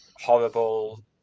horrible